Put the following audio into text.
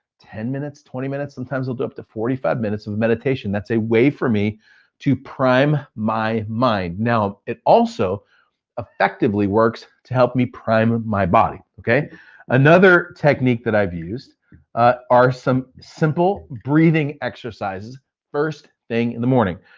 ten minutes, twenty minutes, sometimes i'll do up to forty five minutes of meditation. that's a way for me to prime my mind. now, it also effectively works to help me prime my body. another technique that i've used ah are some simple breathing exercises first thing in the morning.